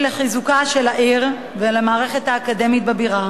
לחיזוקה של העיר ותסייע למערכת האקדמית בבירה